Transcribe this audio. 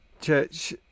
church